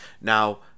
Now